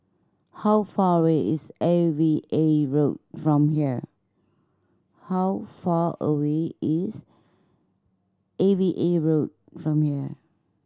how far away is A V A Road from here how far away is A V A Road from here